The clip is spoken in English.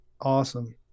awesome